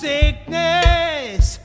Sickness